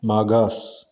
मागास